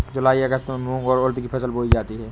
जूलाई अगस्त में मूंग और उर्द की फसल बोई जाती है